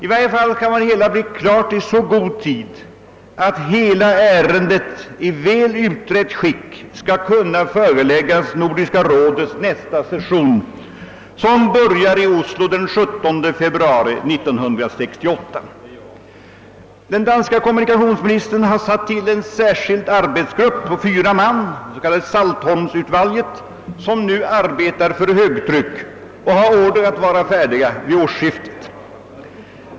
I varje fall kan det hela bli klart i så god tid att ärendet i väl utrett skick skall kunna föreläggas Nordiska rådets nästa session, som börjar i Oslo den 17 februari 1968. Den danske kommunikationsministern har tillsatt en särskild arbetsgrupp på fyra man, det s.k. Saltholmsudvalget, som nu arbetar för högtryck och som har order att vara färdig vid årsskiftet.